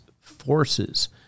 forces